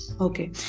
Okay